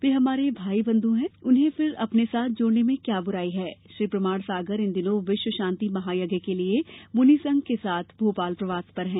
वे हमारे भाई बंध् हैं उन्हें फिर से अपने साथ जोडने में क्या ब्राई है श्री प्रमाण सागर इन दिनों विश्व शान्ति महायज्ञ के लिए मुनि संघ के साथ भोपाल प्रवास पर हैं